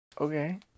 Okay